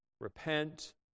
repent